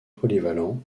polyvalent